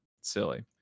silly